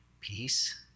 peace